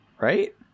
right